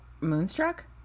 Moonstruck